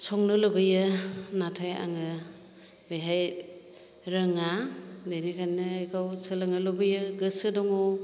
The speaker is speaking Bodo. संनो लुबैयो नाथाय आङो बेवहाय रोङा बेनिखायनो बेखौ सोलोंनो लुबैयो गोसो दङ